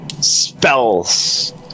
Spells